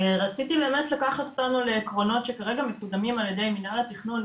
רציתי באמת לקחת אותנו לעקרונות שכרגע מקודמים על ידי מנהל התכנון,